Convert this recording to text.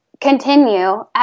continue